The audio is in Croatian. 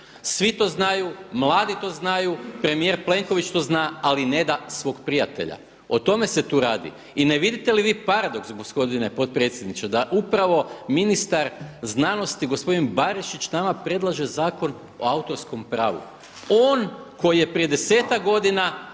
Svi to znaju, mladi to znaju, premijer Plenković to zna, ali ne da svog prijatelja. O tome se tu radi. I ne vidite li vi paradoks gospodine potpredsjedniče, da upravo ministar znanosti gospodin Barišić nama predlaže Zakon o autorskom pravu. On koji je prije desetak godina